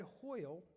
Hoyle